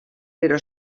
però